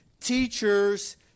teachers